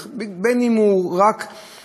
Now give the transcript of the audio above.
כאן מתחיל, אז מתחילות כל התופעות.